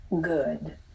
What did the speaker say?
good